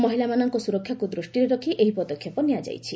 ମହିଳାମାନଙ୍କ ସୁରକ୍ଷାକୁ ଦୃଷ୍ଟିରେ ରଖି ଏହି ପଦକ୍ଷେପ ନିଆଯାଇଛି